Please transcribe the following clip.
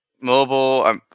mobile